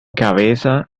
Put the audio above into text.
cabeza